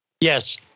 Yes